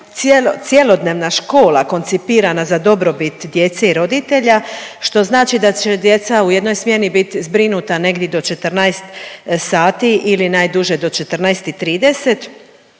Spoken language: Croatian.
cjelodnevna škola koncipirana za dobrobit djece i roditelja, što znači da će djeca u jednoj smjeni bit zbrinuta negdi do 14 sati ili najduže do 14